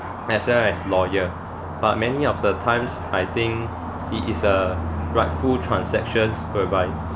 as well as lawyer but many of the times I think it is a rightful transactions whereby